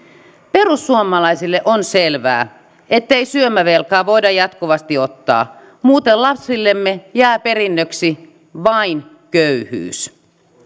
perussuomalaisille on selvää ettei syömävelkaa voida jatkuvasti ottaa muuten lapsillemme jää perinnöksi vain köyhyys